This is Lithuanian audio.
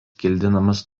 kildinamas